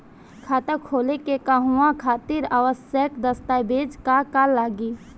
खाता खोले के कहवा खातिर आवश्यक दस्तावेज का का लगी?